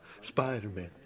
Spider-Man